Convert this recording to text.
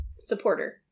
supporter